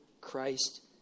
Christ